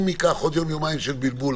אם ייקח עוד יום-יומיים של בלבול,